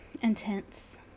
intense